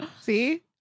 See